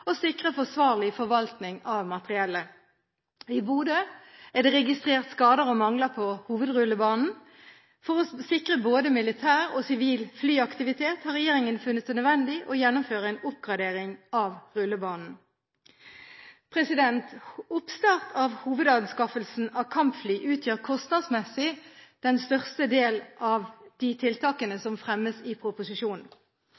å sikre både militær og sivil flyaktivitet har regjeringen funnet det nødvendig å gjennomføre en oppgradering av rullebanen. Oppstart av hovedanskaffelsen av kampfly utgjør kostnadsmessig den største delen av de tiltakene